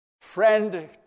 friend